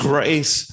Grace